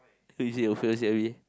so is it you feels that way